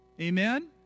Amen